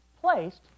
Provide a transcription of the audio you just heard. placed